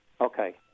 Okay